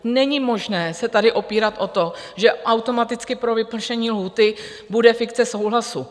Není možné se tady opírat o to, že automaticky pro vypršení lhůty bude fikce souhlasu.